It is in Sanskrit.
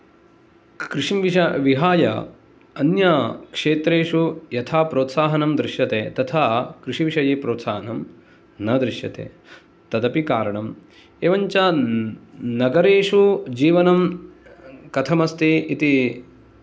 कृषि विष् विहाय अन्य क्षेत्रेषु यथा प्रोत्साहनं दृश्यते तथा कृषि विषये प्रोत्साहनं न दृश्यते तदपि कारणं एवं च नगरेषु जीवनं कथं अस्ति इति